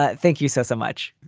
but thank you so, so much